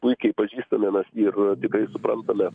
puikiai pažįstame ir tikrai suprantame